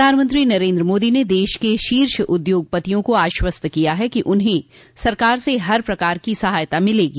प्रधानमंत्री नरेन्द्र मोदी ने देश के शीर्ष उद्योगपतियों को आश्वस्त किया है कि उन्हें सरकार से हर प्रकार की सहायता मिलेगी